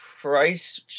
price